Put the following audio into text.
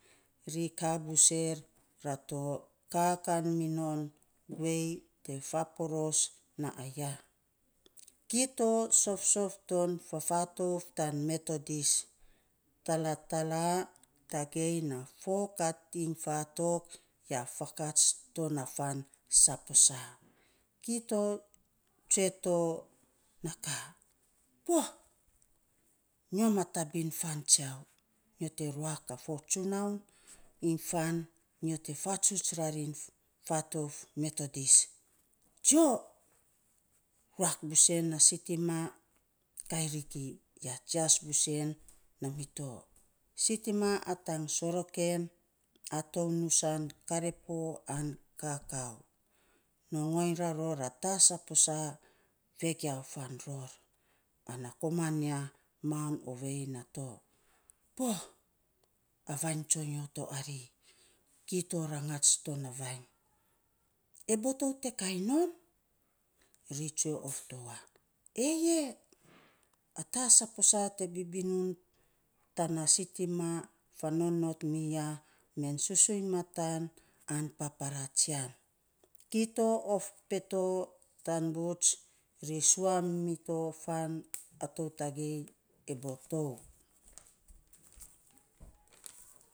Ri kaa bus er rato, ka kan minon guei te paporos naa aya kito sofsof ton fafatouf tan methodis talatala tageinna fokat iny fatok, ya fakats to na fan saposa. Kito tsue to na ka pua nyo ma tabin fan tsiau. Nyo te ruak a fo tsunoun iny fan, nyo te fatsuts rarin fatouf methodis, jio, ruak busen na stitima kariki, ya jias busen, naa mito. Sitima atang soroken a tou nusasng karepo, ana kakaa, nongoiny raro a taa saposa, vegiau fan ror, ana koman ya mau ovei nato poo! A vainy tsonyo to ari, kito rangats to na vainy. "E botou te kain non?" Ri tsue of towa, "eyei! Ataa saposa te bibiun, tana sitima, fa nonot miya men susuiny matan an paparaa tsian, kito of peta, tan buts, ri sua mito fan, a tou tagei e botou.